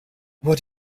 what